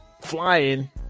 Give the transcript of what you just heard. flying